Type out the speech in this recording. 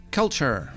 culture